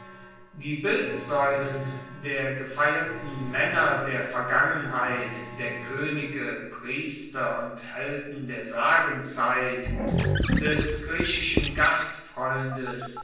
die bildsaeulen der gefeierten maenner der vergangenheit der koenige priester und helden der sagenzeit des griechischen